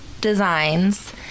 designs